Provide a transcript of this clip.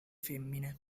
femmine